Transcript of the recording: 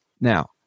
Now